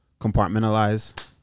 Compartmentalize